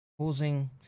causing